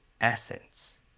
essence